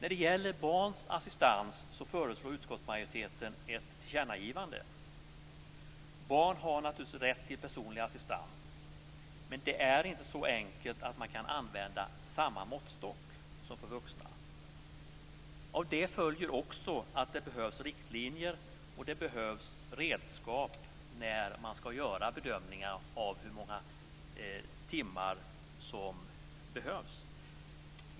När det gäller assistans för barn föreslår utskottsmajoriteten ett tillkännagivande. Barn har naturligtvis rätt till personlig assistans. Men det är inte så enkelt att man kan använda samma måttstock som för vuxna.